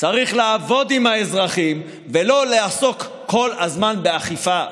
צריך לעבוד עם האזרחים, ולא לעסוק כל הזמן באכיפה.